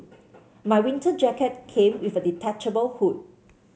my winter jacket came with a detachable hood